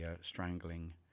Strangling